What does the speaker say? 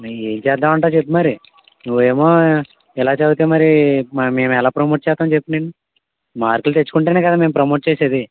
మీ ఏం చేద్దామంటావు చెప్పు మరి నువ్వేమో ఇలా చదివితే మరి మేం ఎలా ప్రమోట్ చేస్తాం చెప్పు నిన్ను మార్కులు తెచ్చుకుంటేనే కదా మేం ప్రమోట్ చేసేది